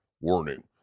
Warning